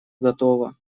готово